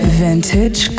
vintage